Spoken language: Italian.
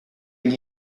gli